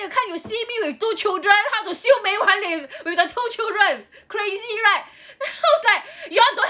can't you see me with two children how to 修美碗脸 with the two children crazy right I was like you're don't have